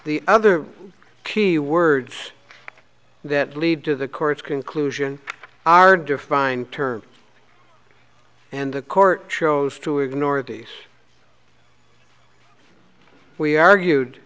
the other key words that lead to the court's conclusion are defined terms and the court chose to ignore these we argued